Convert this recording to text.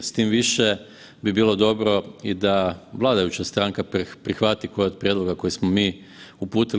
S tim više bi bilo dobro i da vladajuća stranka prihvati koji od prijedloga koji smo mi uputili.